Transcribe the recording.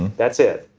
that's it.